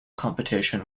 competition